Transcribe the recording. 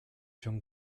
john